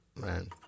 Man